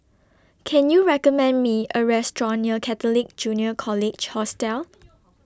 Can YOU recommend Me A Restaurant near Catholic Junior College Hostel